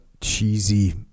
cheesy